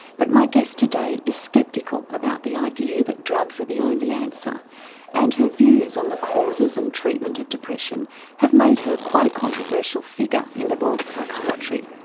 but my guest today is sceptical about the idea that drugs are the only answer and her views on the causes and treatment of depression have made her quite a controversial figure in the world of psychiatry.